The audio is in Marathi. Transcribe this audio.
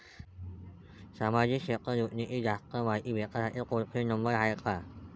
सामाजिक क्षेत्र योजनेची जास्त मायती भेटासाठी टोल फ्री नंबर हाय का?